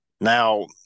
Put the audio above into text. Now